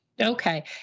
Okay